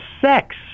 sex